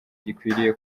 gikwiriye